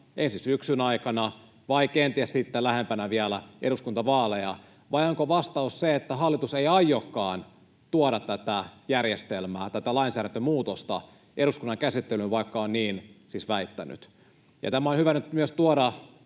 ensi syksyn aikana vai kenties sitten lähempänä vielä eduskuntavaaleja? Vai onko vastaus se, että hallitus ei aiokaan tuoda tätä järjestelmää, tätä lainsäädäntömuutosta eduskunnan käsittelyyn, vaikka on niin siis väittänyt? Tämä on hyvä nyt myös tuoda